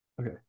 Okay